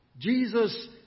Jesus